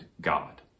God